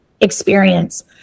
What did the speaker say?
experience